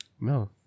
No